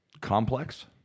Complex